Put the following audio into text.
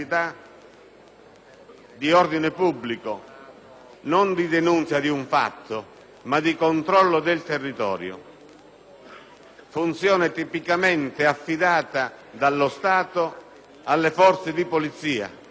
di ordine pubblico, non di denuncia di un fatto ma di controllo del territorio; una funzione tipicamente affidata dallo Stato alle forze di polizia.